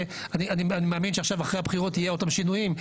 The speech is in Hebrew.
אני מאמין שאחרי הבחירות יהיה עוד פעם שינויים,